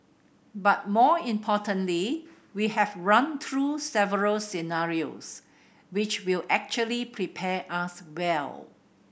but more importantly we have run through several scenarios which will actually prepare us well